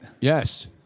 Yes